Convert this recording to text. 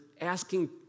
asking